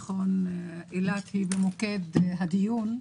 נכון, אילת היא במוקד הדיון,